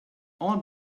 all